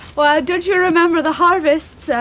why, don't you remember the harvests, ah,